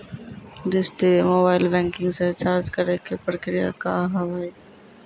Dish TV mobile banking से recharge करे के प्रक्रिया का हाव हई?